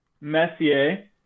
Messier